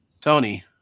Tony